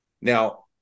Now